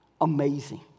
Amazing